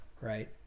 right